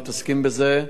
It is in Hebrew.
מתעסקים בזה,